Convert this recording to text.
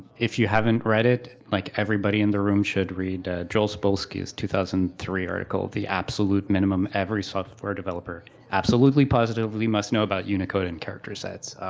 if you haven't read it, like everybody in the room should read, joel spolsky's two thousand and three article, the absolute minimum every software developer absolutely, positively must know about unicode and character sets.